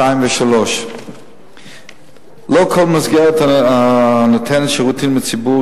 2 3. לא כל מסגרת הנותנת שירותים לציבור,